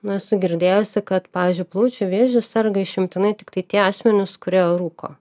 na esu girdėjusi kad pavyzdžiui plaučių vėžiu serga išimtinai tiktai tie asmenys kurie rūko